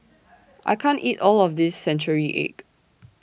I can't eat All of This Century Egg